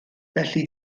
felly